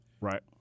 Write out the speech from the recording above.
Right